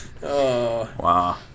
Wow